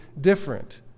different